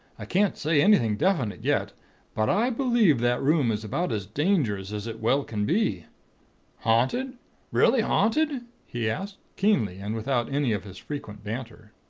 i can't say anything definite, yet but i believe that room is about as dangerous as it well can be haunted really haunted he asked, keenly and without any of his frequent banter.